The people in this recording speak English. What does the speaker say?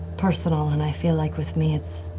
personal and i feel like with me, it's.